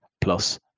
plus